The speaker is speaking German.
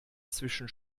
zwischen